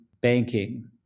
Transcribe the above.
banking